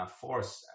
force